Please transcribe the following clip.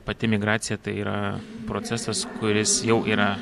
pati migracija tai yra procesas kuris jau yra